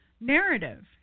narrative